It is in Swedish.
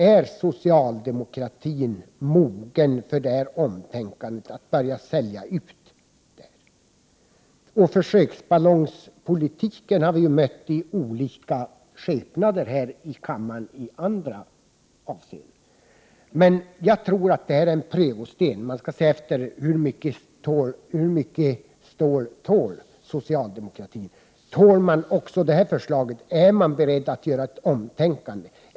Är socialdemokratin mogen för att tänka om och börja sälja ut? Försöksballongspolitiken har vi mött i olika skepnader i kammaren i andra avseenden. Men jag tror att detta är en prövosten. Man skall se efter hur mycket stål socialdemokratin tål. Tål socialdemokratin också detta förslag och är man beredd att tänka om?